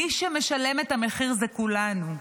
מי שמשלם את המחיר זה כולנו.